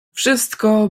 wszystko